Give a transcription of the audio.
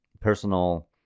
personal